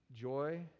Joy